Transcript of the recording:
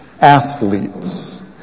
Athletes